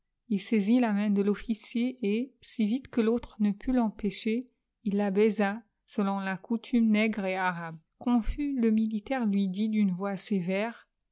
ii saisit la main de l'officier et si vite que l'autre ne put l'empêcher il la baisa selon la coutume nègre et arabe confus le mihtaire lui dit d'une voix sévère